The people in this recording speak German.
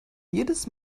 jedes